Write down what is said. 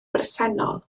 bresennol